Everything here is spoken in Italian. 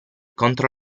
contro